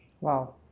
wow